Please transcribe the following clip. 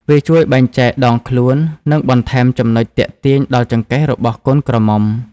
វាជួយបែងចែកដងខ្លួន និងបន្ថែមចំណុចទាក់ទាញដល់ចង្កេះរបស់កូនក្រមុំ។